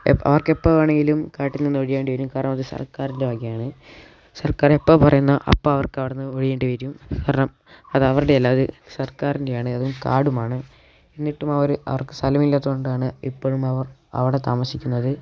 അവർക്കെപ്പോൾ വേണമെങ്കിലും കാട്ടിൽ നിന്ന് ഒഴിയേണ്ടിവരും കാരണം അത് സർക്കാരിൻ്റെ വകയാണ് സർക്കാർ എപ്പോൾ പറയുന്നുവോ അപ്പോൾ അവർക്ക് അവിടെ നിന്ന് ഒഴിയേണ്ടി വരും കാരണം അതവരുടെ അല്ല അത് സർക്കാരിൻ്റെയാണ് അതും കാടുമാണ് എന്നിട്ടും അവർ അവർക്ക് സ്ഥലമില്ലാത്തതുകൊണ്ടാണ് ഇപ്പോഴും അവർ അവിടെ താമസിക്കുന്നത്